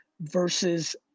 versus